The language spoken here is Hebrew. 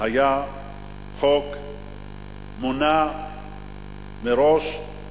היה חוק מונע מראש,